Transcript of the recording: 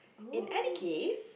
in any case